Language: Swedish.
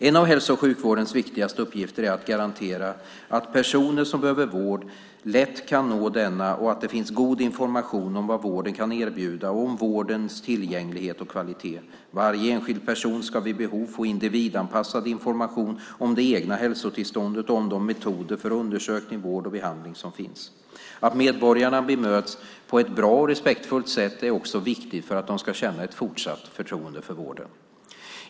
En av hälso och sjukvårdens viktigaste uppgifter är att garantera att personer som behöver vård lätt kan nå denna och att det finns god information om vad vården kan erbjuda och om vårdens tillgänglighet och kvalitet. Varje enskild person ska vid behov få individanpassad information om det egna hälsotillståndet och om de metoder för undersökning, vård och behandling som finns. Att medborgarna bemöts på ett bra och respektfullt sätt är också viktigt för att de ska känna ett fortsatt förtroende för vården.